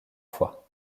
fois